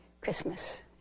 Christmas